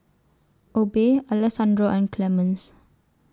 Obe Alessandro and Clemence